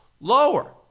lower